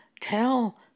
tell